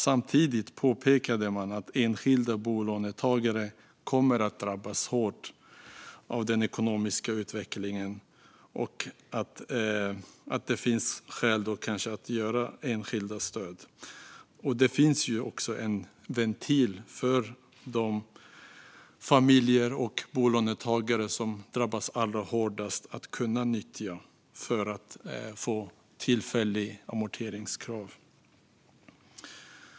Samtidigt påpekade man att enskilda bolånetagare kommer att drabbas hårt av den ekonomiska utvecklingen framöver och att det kanske finns skäl att då medge enskilda stöd. Det finns också en ventil för de familjer och bolånetagare som drabbas allra hårdast att kunna nyttja för att få tillfälligt undantag från amorteringskrav.